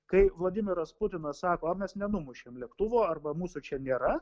kai vladimiras putinas sako a mes nenumušėm lėktuvo arba mūsų čia nėra